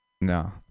no